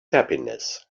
happiness